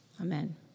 Amen